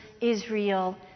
Israel